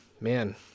man